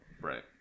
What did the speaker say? Right